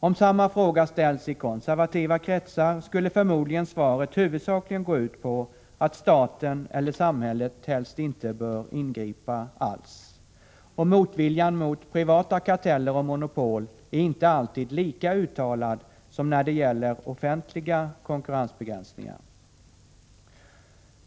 Om samma fråga ställs i konservativa kretsar skulle förmodligen svaret huvudsakligen gå ut på att staten eller samhället helst inte bör ingripa alls. Och motviljan mot privata karteller och monopol är inte alltid lika uttalad som motviljan mot offentliga konkurrensbegränsningar.